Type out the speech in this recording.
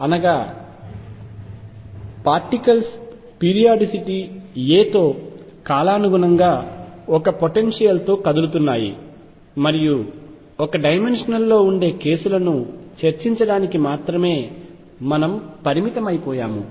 అనగా particles periodicity a తో కాలానుగుణంగా ఒక పొటెన్షియల్ తో కదులుతున్నాయి మరియు ఒక డైమెన్షనల్ లో ఉండే కేసులను చర్చించడానికి మాత్రమే మనం పరిమితమైపోయాము